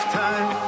time